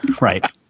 Right